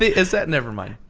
is that, never mind.